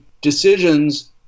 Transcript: decisions